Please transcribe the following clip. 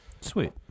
Sweet